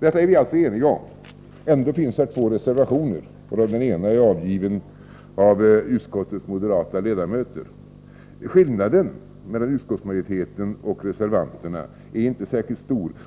Detta är vi alltså eniga om. Ändå finns det här två reservationer. Den ena är avgiven av utskottets moderata ledamöter. Skillnaden mellan utskottsmajoriteten och reservanterna är inte särskilt stor.